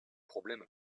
problème